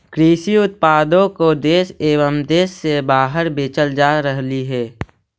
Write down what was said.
कृषि उत्पादों को देश एवं देश से बाहर बेचल जा रहलइ हे